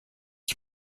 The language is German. ich